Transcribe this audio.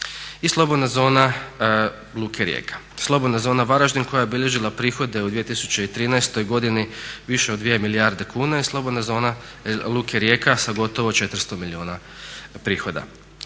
i slobodna zona Luke Rijeka. Slobodna zona Varaždin koja je bilježila prihode u 2013. godini više od 2 milijarde kuna i slobodna zona Luke Rijeka sa gotovo 400 milijuna prihoda.